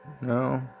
No